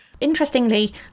Interestingly